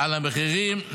על המחירים,